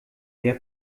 der